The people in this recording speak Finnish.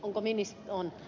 on paikalla